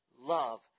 love